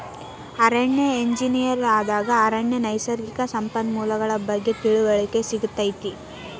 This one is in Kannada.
ಅರಣ್ಯ ಎಂಜಿನಿಯರ್ ದಾಗ ಅರಣ್ಯ ನೈಸರ್ಗಿಕ ಸಂಪನ್ಮೂಲಗಳ ಬಗ್ಗೆ ತಿಳಿವಳಿಕೆ ಸಿಗತೈತಿ